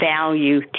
value